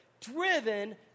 driven